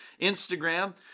Instagram